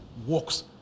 Works